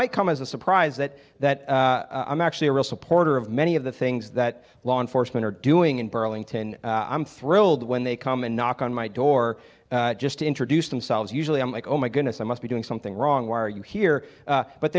might come as a surprise that that i'm actually a real supporter of many of the things that law enforcement are doing in burlington i'm thrilled when they come and knock on my door just to introduce themselves usually i'm like oh my goodness i must be doing something wrong why are you here